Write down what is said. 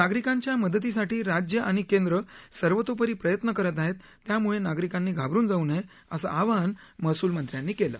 नागरिकांच्या मदतीसाठी राज्य आणि केंद्र सर्वतोपरी प्रयत्न करत आहेत त्यामुळे नागरिकांनी घाबरुन जाऊ नये असं आवाहन महसूल मंत्र्यांनी केलं